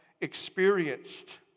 experienced